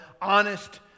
honest